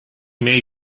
may